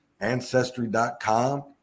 ancestry.com